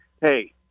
hey